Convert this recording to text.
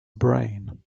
brain